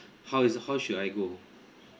how is how should I go